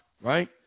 right